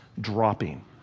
dropping